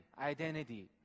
identity